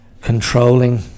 controlling